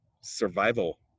survival